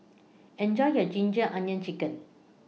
Enjoy your Ginger Onions Chicken